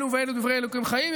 אלו ואלו דברי אלוקים חיים,